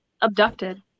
abducted